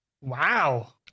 Wow